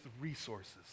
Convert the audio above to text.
resources